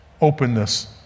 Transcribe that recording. openness